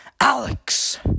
Alex